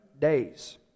days